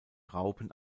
raupen